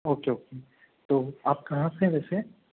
okay okay तो आप कहाँ से हैं वैसे